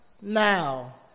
now